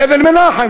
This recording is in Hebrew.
לאבן-מנחם,